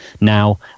now